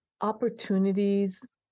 opportunities